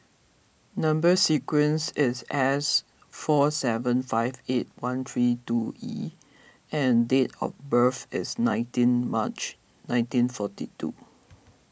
Number Sequence is S four seven five eight one three two E and date of birth is nineteen March nineteen forty two